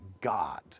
God